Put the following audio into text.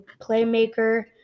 playmaker